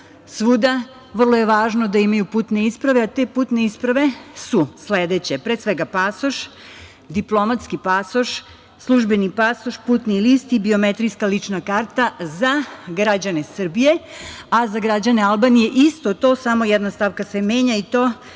svuda, a vrlo je važno da imaju putne isprave. Te putne isprave su sledeće: pasoš, diplomatski pasoš, službeni pasoš, putni list i biometrijska lična karta za građane Srbije, a za građane Albanije isto to, samo što se jedna stavka menja, i to –